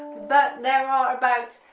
but there ah are about